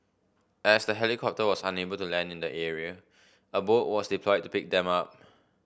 as the helicopter was unable to land in the area a boat was deployed to pick them up